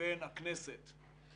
לבין הכנסת על